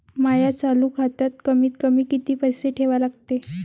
माया चालू खात्यात कमीत कमी किती पैसे ठेवा लागते?